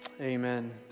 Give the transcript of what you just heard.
amen